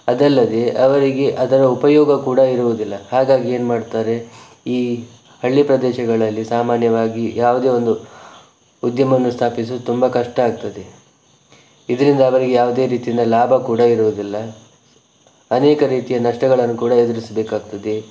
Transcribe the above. ಅದಲ್ಲದೇ ಅವರಿಗೆ ಅದರ ಉಪಯೋಗ ಕೂಡ ಇರುವುದಿಲ್ಲ ಹಾಗಾಗಿ ಏನು ಮಾಡ್ತಾರೆ ಈ ಹಳ್ಳಿ ಪ್ರದೇಶಗಳಲ್ಲಿ ಸಾಮಾನ್ಯವಾಗಿ ಯಾವುದೇ ಒಂದು ಉದ್ಯಮವನ್ನು ಸ್ಥಾಪಿಸುವುದು ತುಂಬ ಕಷ್ಟ ಆಗ್ತದೆ ಇದರಿಂದ ಅವರಿಗೆ ಯಾವುದೇ ರೀತಿಯ ಲಾಭ ಕೂಡ ಇರುವುದಿಲ್ಲ ಅನೇಕ ರೀತಿಯ ನಷ್ಟಗಳನ್ನು ಕೂಡ ಎದುರಿಸಬೇಕಾಗ್ತದೆ